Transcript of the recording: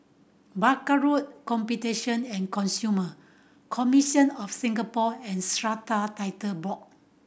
Barker Road Competition and Consumer Commission of Singapore and Strata Title Board